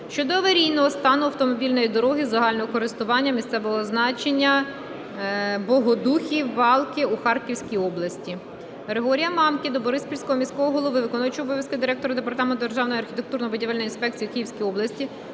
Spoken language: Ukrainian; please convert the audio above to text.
щодо аварійного стану автомобільної дороги загального користування місцевого значення Богодухів – Валки у Харківській області. Григорія Мамки до Бориспільського міського голови, виконуючого обов'язки директора Департаменту Державної архітектурно-будівельної інспекції у Київській області